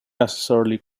necessarily